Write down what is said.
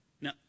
Now